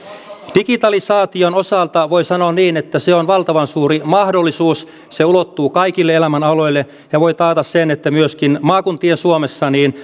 digitalisaation osalta voi sanoa niin että se on valtavan suuri mahdollisuus se ulottuu kaikille elämänaloille ja voin taata sen että myöskin maakuntien suomessa